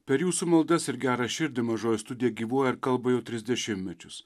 per jūsų maldas ir gerą širdį mažoji studija gyvuoja ir kalba jau tris dešimtmečius